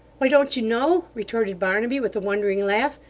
why, don't you know retorted barnaby, with a wondering laugh.